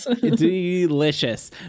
delicious